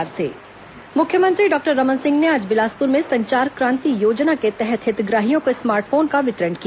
Bilaspur mobile तिहार मुख्यमंत्री doctor Raman Singh ने आज बिलासपुर में संचार क्रांति योजना के तहत हितग्राहियों को स्मार्ट फोन का वितरण किया